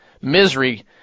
misery